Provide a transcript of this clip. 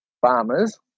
farmers